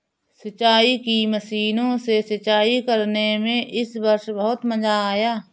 सिंचाई की मशीनों से सिंचाई करने में इस वर्ष बहुत मजा आया